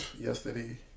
yesterday